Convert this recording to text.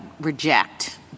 reject